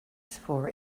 for